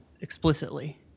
explicitly